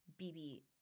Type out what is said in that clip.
BB